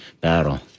battle